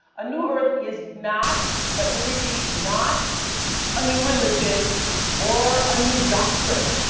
a new earth is not, let me repeat, not a new religion or a new doctrine.